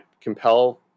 compel